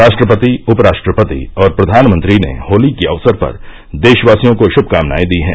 राष्ट्रपति उपराष्ट्रपति और प्रधानमंत्री ने होली के अवसर पर देशवासियों को शभकामनाए दी हैं